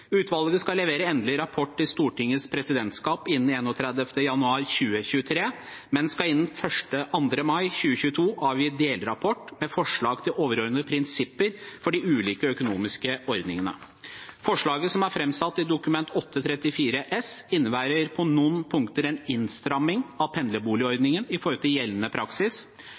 Utvalget skal levere endelig rapport til Stortingets presidentskap innen 31. januar 2023, men skal innen 2. mai 2022 avgi delrapport med forslag til overordnede prinsipper for de ulike økonomiske ordningene. Forslaget som er framsatt i Dokument 8:34 S for 2021–2022, innebærer på noen punkter en innstramming av pendlerboligordningen i forhold til gjeldende praksis.